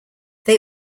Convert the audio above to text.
they